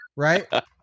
Right